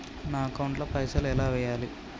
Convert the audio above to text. నా అకౌంట్ ల పైసల్ ఎలా వేయాలి?